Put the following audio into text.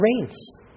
rains